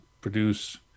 produce